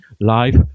life